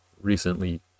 recently